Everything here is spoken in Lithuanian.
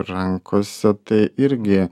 rankose tai irgi